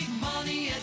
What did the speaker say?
money